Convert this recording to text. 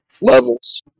levels